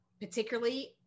particularly